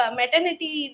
maternity